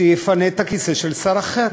שיפנה את הכיסא של שר אחר.